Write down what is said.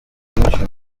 twinshi